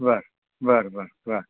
बरं बरं बरं बरं